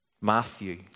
Matthew